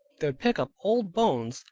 they would pick up old bones,